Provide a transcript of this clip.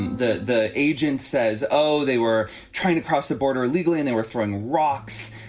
the the agent says, oh, they were trying to cross the border illegally and they were throwing rocks.